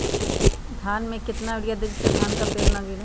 धान में कितना यूरिया दे जिससे धान का पेड़ ना गिरे?